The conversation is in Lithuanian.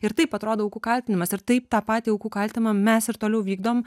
ir taip atrodo aukų kaltinimas ir taip tą patį aukų kaltinimą mes ir toliau vykdom